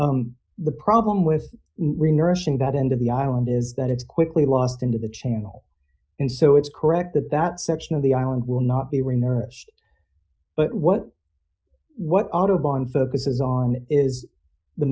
the problem with nourishing that end of the island is that it's quickly lost into the channel and so it's correct that that section of the island will not be were nourished but what what audubon focuses on is the